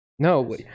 No